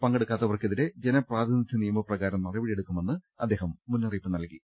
പങ്കെടുക്കാത്തവർക്കെതിരെ ജനപ്രാതിനിധ്യ നിയമപ്രകാരം നടപടിയെടുക്കുമെന്ന് കലക്ടർ മുന്നറിയിപ്പ് നൽകി